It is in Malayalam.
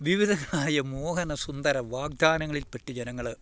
വിവിധമായ മോഹന സുന്ദര വാഗ്ദാനങ്ങളിൽപ്പെട്ട് ജനങ്ങൾ